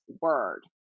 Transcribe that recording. word